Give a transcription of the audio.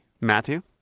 Matthew